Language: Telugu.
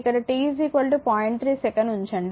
3 సెకను ఉంచండి